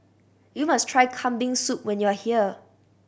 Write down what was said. you must try Kambing Soup when you are here